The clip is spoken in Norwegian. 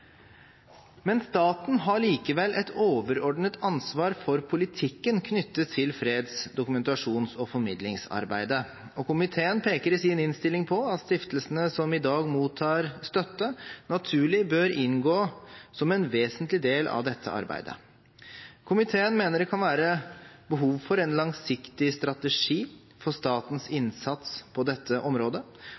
Men staten har likevel et overordnet ansvar for politikken knyttet til freds-, dokumentasjons- og formidlingsarbeidet, og komiteen peker i sin innstilling på at stiftelsene som i dag mottar støtte, naturlig bør inngå som en vesentlig del av dette arbeidet. Komiteen mener det kan være behov for en langsiktig strategi for statens innsats på dette området